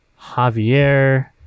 javier